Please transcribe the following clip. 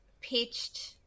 pitched